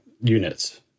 units